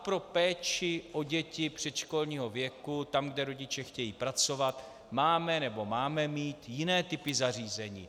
Pro péči o děti předškolního věku, tam, kde rodiče chtějí pracovat, máme nebo máme mít jiné typy zařízení.